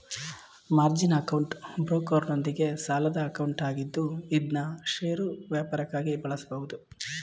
margin account ಬ್ರೋಕರ್ನೊಂದಿಗೆ ಸಾಲದ account ಆಗಿದ್ದು ಇದ್ನಾ ಷೇರು ವ್ಯಾಪಾರಕ್ಕಾಗಿ ಬಳಸಬಹುದು